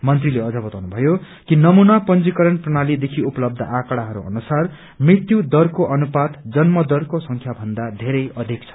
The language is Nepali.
मन्त्रीले अझ बताउनु भयो कि नमुना पंजीकरण प्रणालीदेखि उपलब्य आँकड़ाहरू अनुसार मृत्यु दरको अनुपात जन्मदरको संख्या भन्दा धेरै अधिक छ